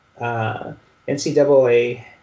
NCAA